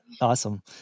Awesome